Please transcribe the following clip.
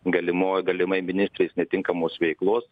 galimo galimai ministrės netinkamos veiklos